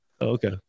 Okay